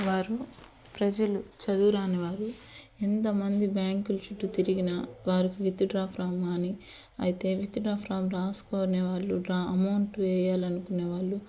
వారు ప్రజలు చదువురానివారు ఎంతమంది బ్యాంకుల చుట్టూ తిరిగినా వారుకి విత్డ్రా ఫ్రామ్ కానీ అయితే త్డ్రా ఫ్రామ్ రాసుకొని వాళ్ళు రా అమౌంట్ వేయాలి అనుకునేవాళ్ళు